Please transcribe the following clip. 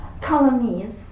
colonies